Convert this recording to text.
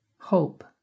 hope